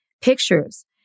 pictures